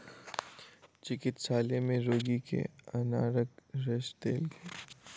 चिकित्सालय में रोगी के अनारक रस देल गेल